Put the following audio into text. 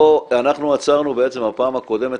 אנחנו עצרנו בפעם הקודמת,